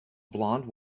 blond